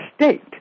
state